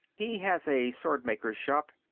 he has a swordmaker's shop,